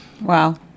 Wow